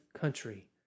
country